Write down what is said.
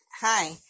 hi